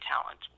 talent